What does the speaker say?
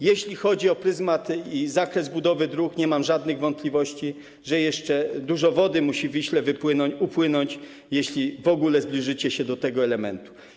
Jeśli chodzi o prymat i zakres budowy dróg, nie mam żadnych wątpliwości, że jeszcze dużo wody musi w Wiśle upłynąć, zanim, jeśli w ogóle, zbliżycie się do tego elementu.